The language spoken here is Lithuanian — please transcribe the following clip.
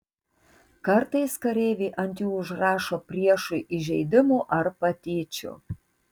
kartais kareiviai ant jų užrašo priešui įžeidimų ar patyčių